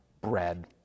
bread